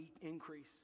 increase